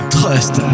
Trust